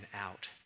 out